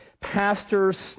pastors